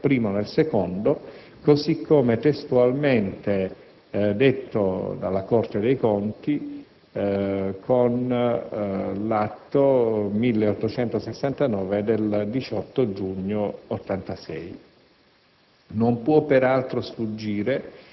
che garantisce la rappresentanza del primo nel secondo così come testualmente sancito dalla Corte dei Conti con l'atto 1869 del 18 giugno 1986.